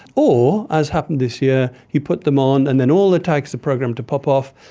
or, as happened this year, you put them on and then all the tags are programmed to pop off,